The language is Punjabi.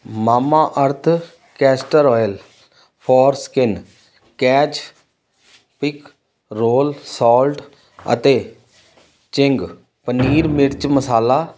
Mamaearth castor oil for skin catch pick roll salt ਅਤੇ ਚਿੰਗ ਪਨੀਰ ਮਿਰਚ ਮਸਾਲਾ